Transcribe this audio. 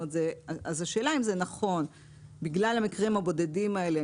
השאלה אם זה נכון בגלל המקרים הבודדים האלה.